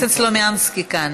חבר הכנסת סלומינסקי כאן.